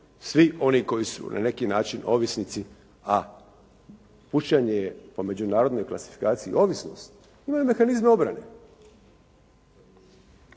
Svi oni koji su na neki način ovisnici a pušenje je po međunarodnoj klasifikaciji ovisnost. Imaju mehanizme obrane.